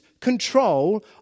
control